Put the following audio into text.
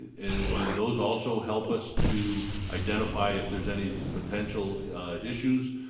and those also help us to identify if there's any potential issues.